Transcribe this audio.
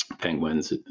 Penguins